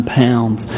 pounds